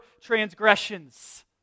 transgressions